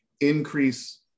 increase